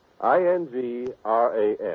I-N-G-R-A-M